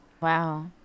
wow